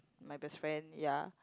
my best friend ya